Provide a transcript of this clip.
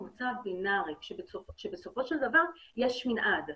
הוא מצב בינרי שבסופו של דבר יש מנעד.